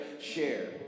share